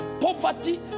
poverty